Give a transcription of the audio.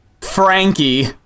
Frankie